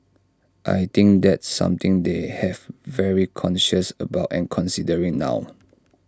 I think that's something they have very conscious about and considering now